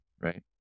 right